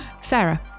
Sarah